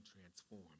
transform